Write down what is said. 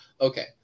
okay